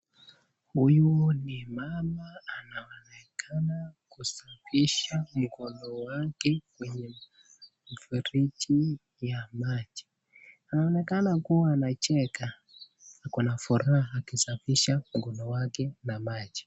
Huyu ni mama anaonekana kusafisha mkono wake kwenye mfereji ya maji anaonekana kuwa amecheka ako na furaha akisafisha mkono wake na maji.